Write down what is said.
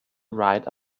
ride